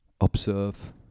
observe